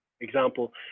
example